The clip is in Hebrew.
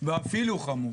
ואפילו חמורה.